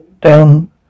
down